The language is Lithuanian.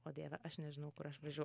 o dieve aš nežinau kur aš važiuoju